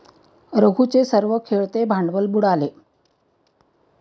रघूचे सर्व खेळते भांडवल बुडाले